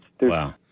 wow